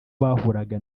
bahuraga